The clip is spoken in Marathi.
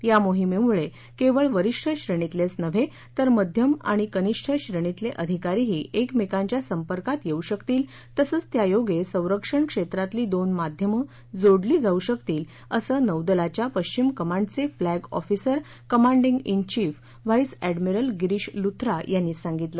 या मोहिमेमुळे केवळ वरिष्ठ श्रेणीतलेच नव्हे तर मध्यम आणि कनिष्ठ श्रेणीतले अधिकारीही एकमेकांच्या संपर्कात येऊ शकतील तसंच त्यायोगे संरक्षणक्षेत्रातली दोन माध्यमं जोडली जाऊ शकतील असं नौदलाच्या पश्चिम कमांडचेफ्लॅग ऑफिसर कंमाडिंग जि chief vice admiral Girish Luthra यांनी सांगितलं